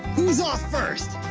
who's off first?